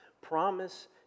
promise